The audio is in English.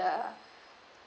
the